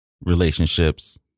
relationships